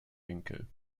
winkel